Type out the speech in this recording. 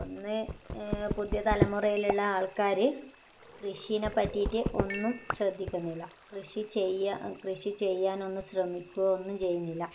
ഒന്ന് പുതിയ തലമുറയിലുള്ള ആൾക്കാർ കൃഷീനെ പറ്റീട്ട് ഒന്നും ശ്രദ്ധിക്കുന്നില്ല കൃഷി ചെയ്യുക കൃഷി ചെയ്യാനൊന്ന് ശ്രമിക്കുവോ ഒന്നും ചെയ്യുന്നില്ല